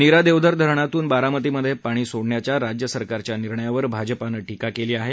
नीरा देवधर धरणातून बारामतीमधे पाणी सोडण्याच्या राज्य सरकारच्या निर्णयावर भाजपनं टीका केली आहे